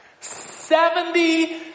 Seventy